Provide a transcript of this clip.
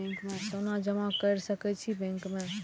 सोना जमा कर सके छी बैंक में?